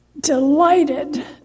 delighted